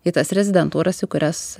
į tas rezidentūras į kurias